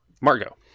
Margot